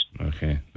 Okay